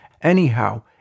Anyhow